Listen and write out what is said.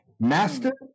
Master